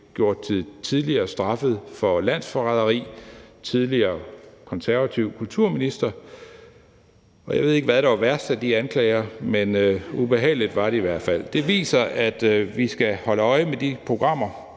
gjort til tidligere straffet for landsforræderi og tidligere konservativ kulturminister – jeg ved ikke, hvilken der var værst af de anklager, men ubehageligt var det i hvert fald. Det viser, at vi skal holde øje med de programmer,